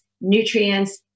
nutrients